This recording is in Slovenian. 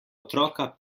otroka